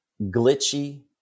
glitchy